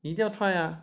一定要 try ah